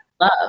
love